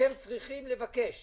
אתם צריכים לבקש